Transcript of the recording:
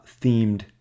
themed